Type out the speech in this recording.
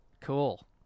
Cool